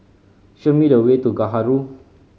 show me the way to Gaharu